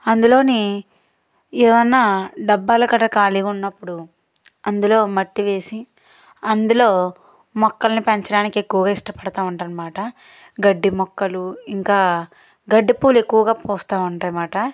అందులోని ఏవైనా డబ్బాలూ కట్టా ఖాళీగా ఉన్నపుడు అందులో మట్టి వేసి అందులో మొక్కల్ని పెంచడానికి ఎక్కువగా ఇష్టపడుతూ ఉంటానన్నమాట గడ్డిమొక్కలూ ఇంకా గడ్డిపూలు ఎక్కువగా పూస్తూ ఉంటాయన్నమాట